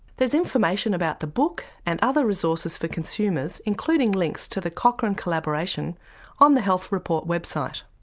there's information about the book and other resources for consumers including links to the cochrane collaboration on the health report website.